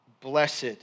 Blessed